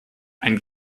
ein